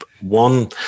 one